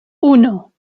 uno